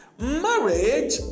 marriage